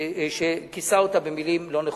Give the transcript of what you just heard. כיסה במלים לא נכונות.